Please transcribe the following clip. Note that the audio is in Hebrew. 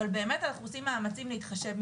אבל אנחנו באמת עושים מאמצים להתחשב.